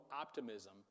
optimism